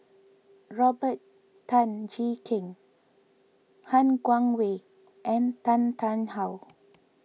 Robert Tan Jee Keng Han Guangwei and Tan Tarn How